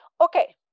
Okay